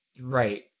right